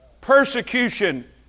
Persecution